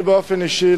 אני באופן אישי,